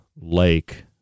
Lake